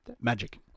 Magic